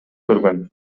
көргөн